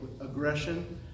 aggression